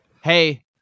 hey